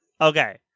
Okay